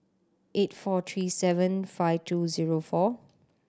eight four three seven five two zero four